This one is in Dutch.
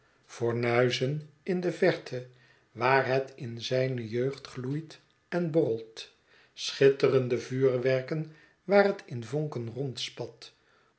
fornuizen in de verte waar het in zijne jeugd gloeit en borrelt schitterende vuurwerken waar het in vonken rondspat